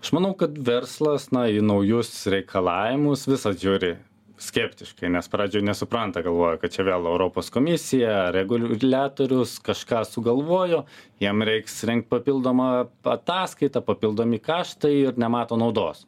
aš manau kad verslas na į naujus reikalavimus visad žiūri skeptiškai nes pradžioj nesupranta galvoja kad čia vėl europos komisija reguliatorius kažką sugalvojo jiem reiks rengt papildomą ataskaitą papildomi kaštai ir nemato naudos